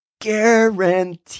Guarantee